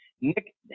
Nick